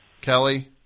Kelly